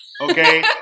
okay